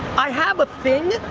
i have a thing,